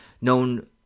known